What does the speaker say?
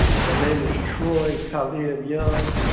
my name is troy talib young.